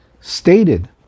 Stated